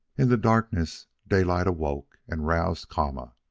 in the darkness daylight awoke and roused kama.